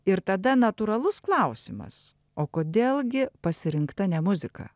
ir tada natūralus klausimas o kodėl gi pasirinkta ne muzika